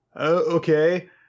okay